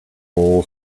full